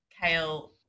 Kale